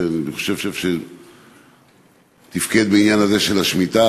שאני חושב שתפקד בעניין הזה של השמיטה,